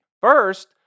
First